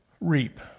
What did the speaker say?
reap